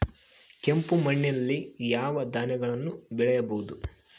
ಕೆಂಪು ಮಣ್ಣಲ್ಲಿ ಯಾವ ಧಾನ್ಯಗಳನ್ನು ಬೆಳೆಯಬಹುದು?